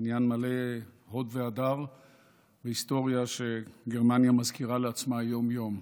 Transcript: בניין מלא הוד והדר והיסטוריה שגרמניה מזכירה לעצמה יום-יום.